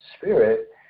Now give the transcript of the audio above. spirit